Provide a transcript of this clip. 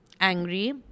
angry